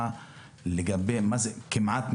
של משרד הכלכלה לגבי מה זה "כמעט נפגע".